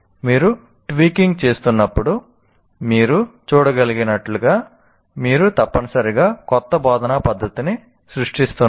మీరు ట్వీకింగ్ చేస్తున్నప్పుడు మీరు చూడగలిగినట్లుగా మీరు తప్పనిసరిగా కొత్త బోధనా పద్ధతిని సృష్టిస్తున్నారు